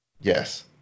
Yes